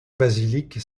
basilique